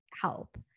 help